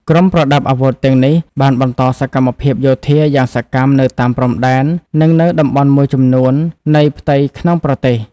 ក្រុមប្រដាប់អាវុធទាំងនេះបានបន្តសកម្មភាពយោធាយ៉ាងសកម្មនៅតាមព្រំដែន និងនៅតំបន់មួយចំនួននៃផ្ទៃក្នុងប្រទេស។